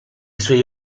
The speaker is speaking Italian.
suoi